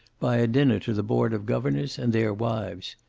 by a dinner to the board of governors and their wives.